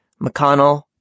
McConnell